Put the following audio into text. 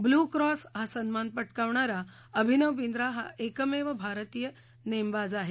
blue cross हा सन्मान पटकावणारा अभिनव बिंद्रा हा एकमेव भारतीय नेमबाज आहे